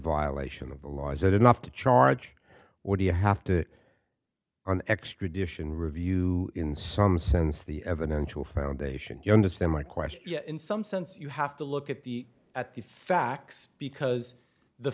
violation of the law is that enough to charge what do you have to an extradition review in some sense the evidence to a foundation you understand my question in some sense you have to look at the at the facts because the